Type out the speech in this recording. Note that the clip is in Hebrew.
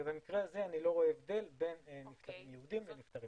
במקרה הזה אני לא רואה הבדל בין נפטרים יהודים לנפטרים